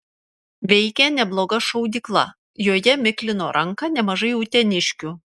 veikė nebloga šaudykla joje miklino ranką nemažai uteniškių